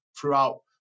throughout